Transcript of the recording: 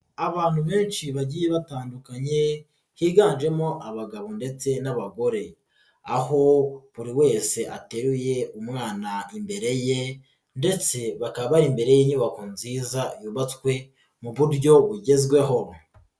Abantu benshi bagiye batandukanye higanjemo abagabo ndetse n'abagore aho buri wese ateruye umwana imbere ye ndetse bakaba bari imbere y'inyubako nziza yubatswe mu buryo bugezweho.